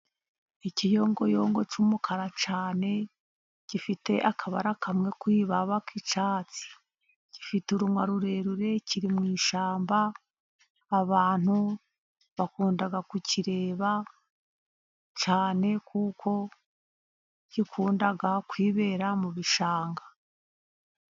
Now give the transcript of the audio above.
Ikiyongoyongo cy'umukara cyane gifite akabara kamwe ku ibaba k'icyatsi, gifite urunwa rurerure, kiri mu ishyamba. Abantu bakunda kukireba cyane kuko gikunda kwibera mu bishanga.